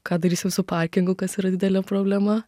ką darysim su parkingu kas yra didelė problema